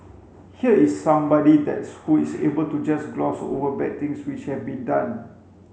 here is somebody that's who is able to just gloss over bad things which have been done